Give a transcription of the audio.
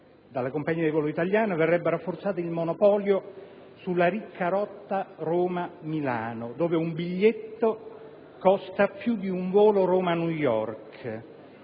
alla compagnia di volo italiana verrebbe rafforzato il monopolio sulla ricca rotta Roma-Milano, sulla quale un biglietto costa più di un volo Roma-New York.